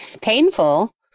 Painful